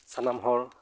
ᱥᱟᱱᱟᱢ ᱦᱚᱲ